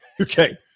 okay